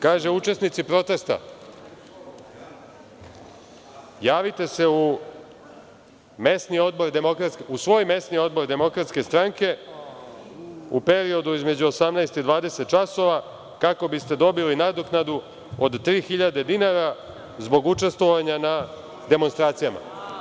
Kaže učesnici protesta – javite se u svoj mesni odbor DS u periodu između 18 i 20 časova kako biste dobili nadoknadu od 3.000 dinara zbog učestvovanja na demonstracijama.